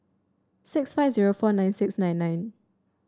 six five zero four nine six nine nine